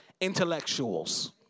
intellectuals